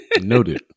Noted